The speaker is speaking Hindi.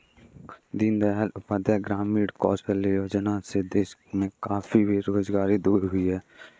दीन दयाल उपाध्याय ग्रामीण कौशल्य योजना से देश में काफी बेरोजगारी दूर हुई है